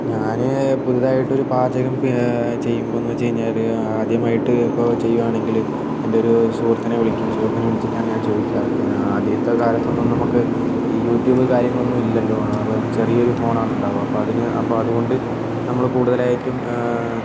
ഞാൻ പുതിതായിട്ടൊരു പാചകം ചെയ്യുമ്പൊഴേന്ന് വെച്ച് കഴിഞ്ഞാൽ ആദ്യമായിട്ട് ഇപ്പോൾ ചെയ്യുവാണെങ്കിൽ എന്റൊരു സുഹൃത്തിനെ വിളിക്കും സുഹൃത്തിനെ വിളിച്ചിട്ടാണ് ഞാൻ ചോദിക്കാറ് ആദ്യത്തെ കാലത്തൊന്നും നമുക്ക് ഈ യുട്യൂബ് കാര്യങ്ങളൊന്നും ഇല്ലലോ ചെറിയൊരു ഫോണാണ് ഇണ്ടാവാ അപ്പോൾ അതിന് അപ്പോൾ അതുകൊണ്ട് നമ്മൾ കൂടുതലായിട്ടും